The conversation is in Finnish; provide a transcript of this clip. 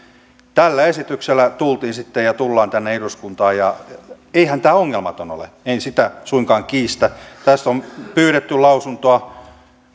tällä esityksellä tullaan sitten tänne eduskuntaan ja eihän tämä ongelmaton ole en sitä suinkaan kiistä tässä on pyydetty lausuntoa